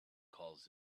calls